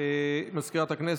יואב קיש, שמחה רוטמן,